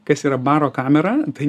kas yra baro kamera tai